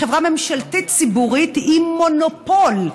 היא חברה ממשלתית ציבורית עם מונופול.